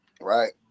Right